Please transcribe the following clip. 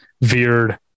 veered